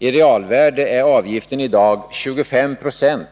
I realvärde är avgiften i dag 25 20